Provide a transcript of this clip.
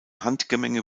handgemenge